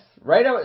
right